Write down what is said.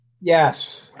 Yes